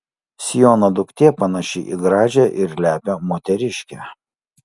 siono duktė panaši į gražią ir lepią moteriškę